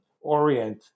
orient